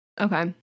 Okay